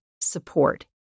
support